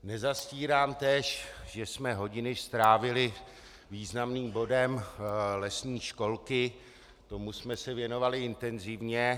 Nezastírám též, že jsme hodiny strávili významným bodem lesní školky, tomu jsme se věnovali intenzivně.